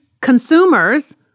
consumers